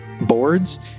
boards